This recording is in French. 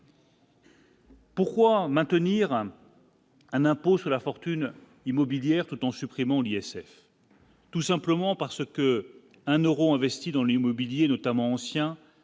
Pourquoi maintenir hein. Un impôt sur la fortune immobilière tout en supprimant l'ISF. Tout simplement parce que un Euro investi dans l'immobilier notamment ancien